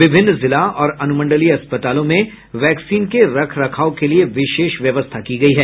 विभिन्न जिला और अनुमंडलीय अस्पतालों में वैक्सीन के रख रखाव के लिये विशेष व्यवस्था की गयी है